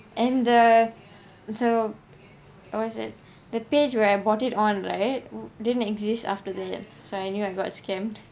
and the the what is it the page where I bought it on right didn't exist after that so I knew I got scammed